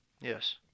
Yes